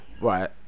Right